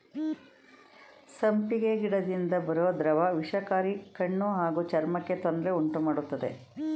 ಸಂಪಿಗೆ ಗಿಡದಿಂದ ಬರೋ ದ್ರವ ವಿಷಕಾರಿ ಕಣ್ಣು ಹಾಗೂ ಚರ್ಮಕ್ಕೆ ತೊಂದ್ರೆ ಉಂಟುಮಾಡ್ತದೆ